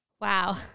Wow